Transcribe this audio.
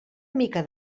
mica